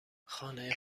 خانه